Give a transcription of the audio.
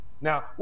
Now